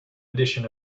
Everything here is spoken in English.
edition